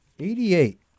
Eighty-eight